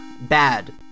Bad